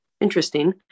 Interesting